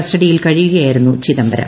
കസ്റ്റഡിയിൽ കഴിയുകയായിരുന്നു ചിദംബരം